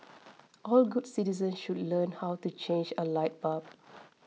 all good citizens should learn how to change a light bulb